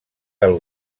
del